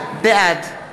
בעד בנימין נתניהו, נגד רויטל